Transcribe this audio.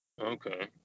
Okay